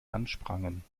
ansprangen